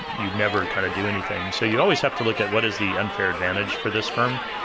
you'd never kind of do anything. so you always have to look at what is the unfair advantage for this firm.